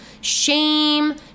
shame